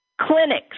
Clinics